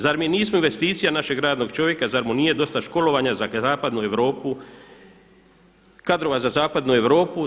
Zar mi nismo investicija našeg radnog čovjeka, zar mu nije dosta školovanja za zapadnu Europu, kadrova za zapadnu Europu.